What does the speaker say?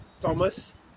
Thomas